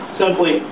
simply